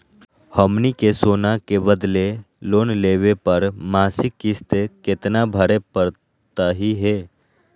हमनी के सोना के बदले लोन लेवे पर मासिक किस्त केतना भरै परतही हे?